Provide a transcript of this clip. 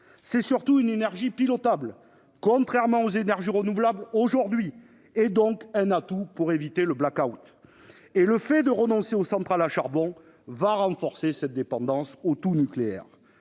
C'est surtout une énergie pilotable, contrairement aux énergies renouvelables aujourd'hui, ... Oui !... et donc un atout pour éviter le blackout. Le fait de renoncer aux centrales à charbon va renforcer cette dépendance au tout-nucléaire.